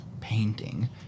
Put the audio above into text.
painting